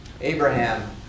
Abraham